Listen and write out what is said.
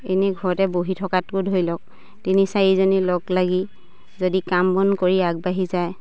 এনেই ঘৰতে বহি থকাতকৈ ধৰি লওক তিনি চাৰিজনী লগ লাগি যদি কাম বন কৰি আগবাঢ়ি যায়